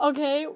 Okay